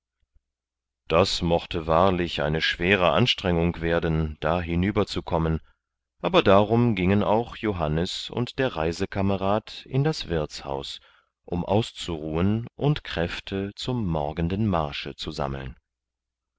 das mochte wahrlich eine schwere anstrengung werden da hinüberzukommen aber darum gingen auch johannes und der reisekamerad in das wirtshaus um auszuruhen und kräfte zum morgenden marsche zu sammeln